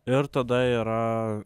ir tada yra